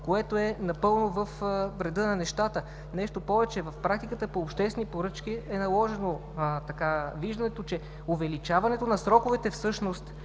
което е напълно в реда на нещата. Нещо повече, в практиката по обществените поръчки е наложено виждането, че увеличаването на сроковете всъщност